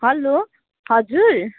hello हजुर